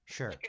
Sure